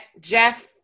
Jeff